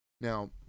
Now